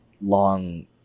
long